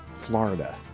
Florida